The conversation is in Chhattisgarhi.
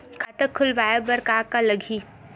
खाता खुलवाय बर का का लगही?